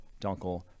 Dunkel